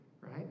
right